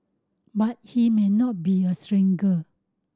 but he may not be a stranger